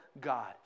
God